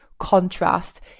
contrast